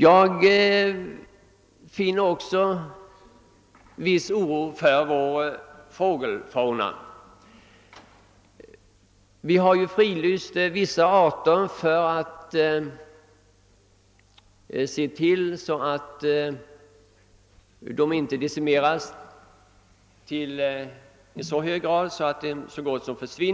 Jag ser med viss oro på utvecklingen när det gäller vår fågelfauna. Vi har fridlyst arter för att de inte skall decimeras i alltför hög grad så att de kanske om